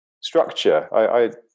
structure